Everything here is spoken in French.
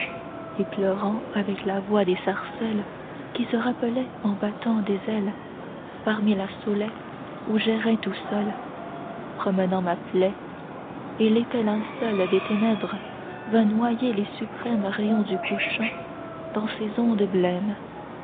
et pleurant avec la voix des sarcelles qui se rappelaient en battant des ailes parmi la saulaie où j'errais tout seul promenant ma plaie et l'épais linceul des ténèbres vint noyer les suprêmes rayons du couchant dans ses ondes blêmes